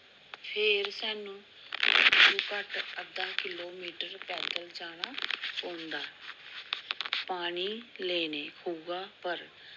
फिर सानूं घट्ट तो घट्ट अद्धा किलो मीटर पैदल जाना पौंदा पानी लैने खुआ पर